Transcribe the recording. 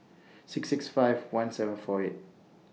six six five one seven four eight